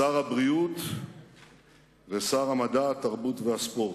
שר הבריאות ושר המדע, התרבות והספורט.